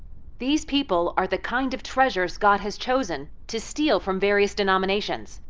these people are the kind of treasures god has chosen to steal from various denominations.